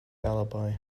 alibi